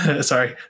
sorry